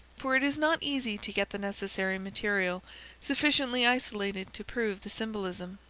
for it is not easy to get the necessary material sufficiently isolated to prove the symbolism.